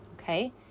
Okay